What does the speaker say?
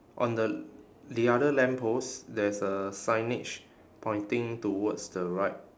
on the the other lamppost there is a signage pointing towards the right